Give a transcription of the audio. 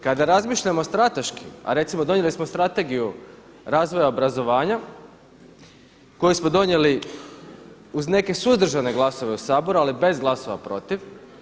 Kada razmišljamo strateški a recimo donijeli smo Strategiju razvoja obrazovanja koji smo donijeli uz neke suzdržane glasove u Saboru ali bez glasova protiv.